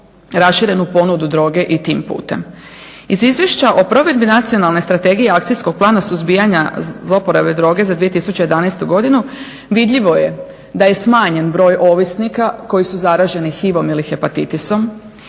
raširenu ponudu droge i tim putem. Iz izvješća o provedbi nacionalne strategije i akcijskog plana suzbijanja zlouporabe droge za 2011. godinu vidljivo je da je smanjen broj ovisnika koji su zaraženi HIV-om ili hepatitisom